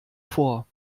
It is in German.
vor